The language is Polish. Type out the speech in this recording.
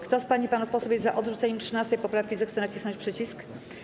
Kto z pań i panów posłów jest za odrzuceniem 13. poprawki, zechce nacisnąć przycisk.